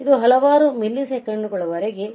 ಇದು ಹಲವಾರು ಮಿಲಿಸೆಕೆಂಡುಗಳವರೆಗೆ milliseconds